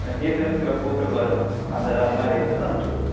ஆ சீசனுக்கு சில பூக்கள் வரும் அந்த மாதிரி இருந்ததுனா அனுச்சுடுங்க